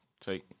take